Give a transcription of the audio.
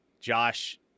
Josh